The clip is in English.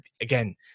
again